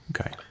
Okay